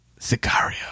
Sicario